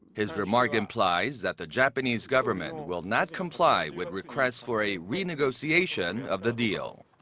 his remark implies that the japanese government will not comply with requests for a renegotiation of the deal.